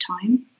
time